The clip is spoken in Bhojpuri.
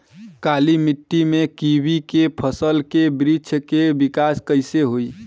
काली मिट्टी में कीवी के फल के बृछ के विकास कइसे होई?